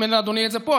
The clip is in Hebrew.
אם אין לאדוני את זה פה,